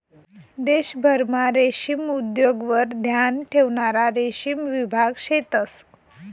देशभरमा रेशीम उद्योगवर ध्यान ठेवणारा रेशीम विभाग शेतंस